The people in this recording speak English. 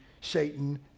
Satan